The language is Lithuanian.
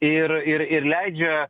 ir ir ir leidžia